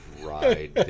ride